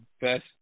best